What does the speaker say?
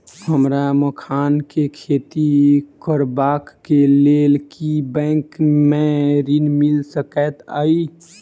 हमरा मखान केँ खेती करबाक केँ लेल की बैंक मै ऋण मिल सकैत अई?